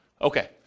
okay